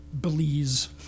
Belize